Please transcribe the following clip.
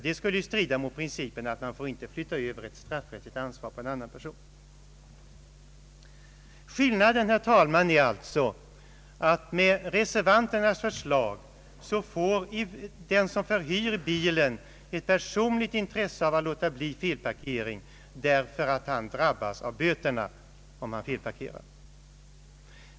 Det skulle ju strida mot principen att man inte får flytta över ett straffrättsligt ansvar på en annan person. Skillnaden är alltså, herr talman, att med reservanternas förslag får den som hyr bilen ett personligt intresse av att undvika felparkering därför att han själv drabbas av böterna, om han felparkerar.